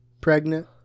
pregnant